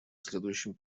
следующем